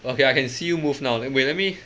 okay I can see you move now wait let me let me